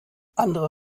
andere